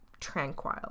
tranquil